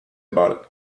about